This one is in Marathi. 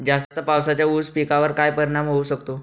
जास्त पावसाचा ऊस पिकावर काय परिणाम होऊ शकतो?